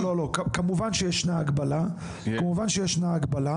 כמובן שישנה הגבלה,